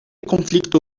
conflicto